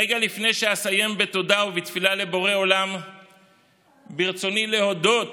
רגע לפני שאסיים בתודה ובתפילה לבורא עולם ברצוני להודות